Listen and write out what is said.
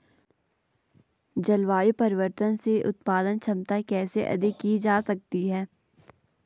जलवायु परिवर्तन से उत्पादन क्षमता कैसे अधिक की जा सकती है?